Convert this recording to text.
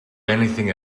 anything